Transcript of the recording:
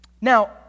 Now